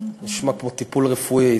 נשמע כמו טיפול רפואי,